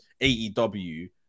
AEW